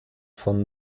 von